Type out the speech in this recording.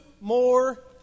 more